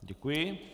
Děkuji.